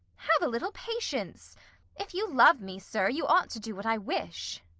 have a little patience if you love me, sir, you ought to do what i wish.